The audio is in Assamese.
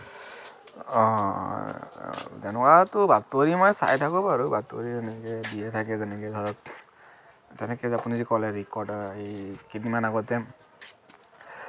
অঁ তেনেকুৱাতো বাতৰি মই চাই থাকোঁ বাৰু বাতৰি এনেকে দিয়ে থাকে যেনেকে ধৰক তেনেকে আপুনি যে ক'লে ৰেকৰ্ডাৰ এই কেইদিনমান আগতে